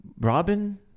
Robin